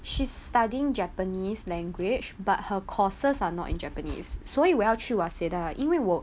she's studying japanese language but her courses are not in japanese 所以我要去 waseda 因为我